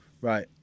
Right